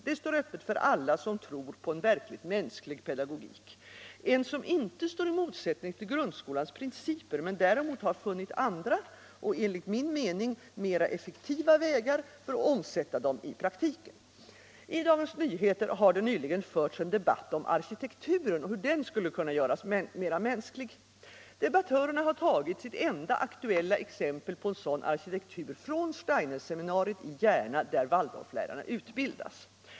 Det står öppet för alla som tror på en verkligt mänsklig pedagogik, en som inte står i motsättning till grundskolans principer men däremot har funnit andra och enligt min mening mer effektiva vägar för att omsätta dem i praktiken. I Dagens Nyheter har det nyligen förts en debatt om arkitekturen och hur den skulle kunna göras mänskligare. Debattörerna har tagit sitt enda aktuella exempel på en sådan arkitektur från Steinerseminariet i Järna, där Waldorflärarna utbildas.